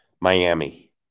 Miami